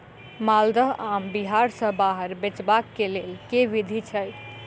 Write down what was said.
माल्दह आम बिहार सऽ बाहर बेचबाक केँ लेल केँ विधि छैय?